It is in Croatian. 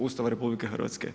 Ustava RH.